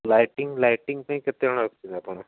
lighting lighting ପାଇଁ କେତେଜଣ ରଖିଛନ୍ତି ଆପଣ